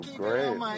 great